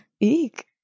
Eek